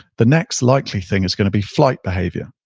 the next likely thing is going to be flight behavior.